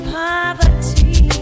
poverty